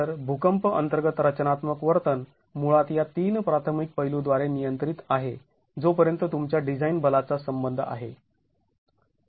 तर भूकंप अंतर्गत रचनात्मक वर्तन मुळात या तीन प्राथमिक पैलू द्वारे नियंत्रित आहे जोपर्यंत तुमच्या डिझाईन बलाचा संबंध आहे